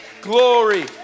glory